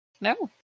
no